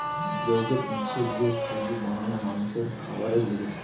গেহুকে পিষে যে সুজি বানানো মানুষের খাবারের লিগে